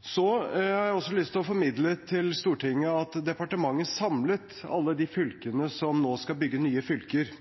Jeg har også lyst til å formidle til Stortinget at for et par uker siden samlet departementet alle de fylkene som nå skal bygge nye fylker.